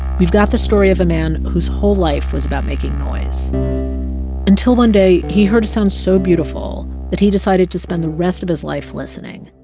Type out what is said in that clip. we've got the story of a man whose whole life was about making noise until one day, he heard a sound so beautiful that he decided to spend the rest of his life listening.